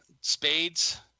spades